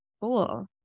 Cool